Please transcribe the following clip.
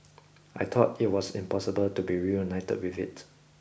I thought it was impossible to be reunited with it